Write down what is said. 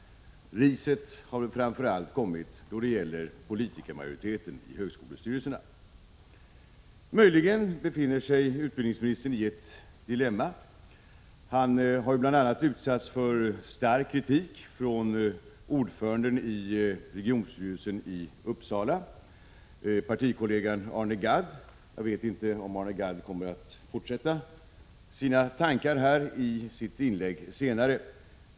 Riset har väl framför allt gällt politikermajoriteten i högskolestyrelserna. Möjligen befinner sig utbildningsministern i ett dilemma. Han har ju bl.a. utsatts för stark kritik från ordföranden i regionstyrelsen i Uppsala, partikollegan Arne Gadd. Jag vet inte om Arne Gadd kommer att fortsätta att utveckla sina tankar här i sitt inlägg senare.